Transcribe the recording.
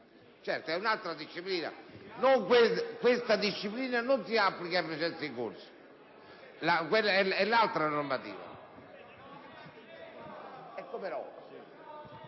Certo, è un'altra disciplina. Questa disciplina non si applica ai processi in corso. È l'altra normativa.